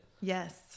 Yes